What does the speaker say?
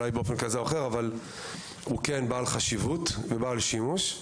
אבל הוא בעל חשיבות ובעל שימוש.